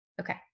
Okay